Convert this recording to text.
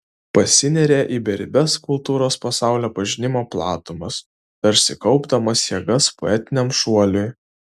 pasineria į beribes kultūros pasaulio pažinimo platumas tarsi kaupdamas jėgas poetiniam šuoliui